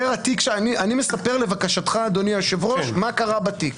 אני מספר לבקשתך, אדוני היושב-ראש, מה קרה בתיק.